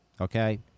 Okay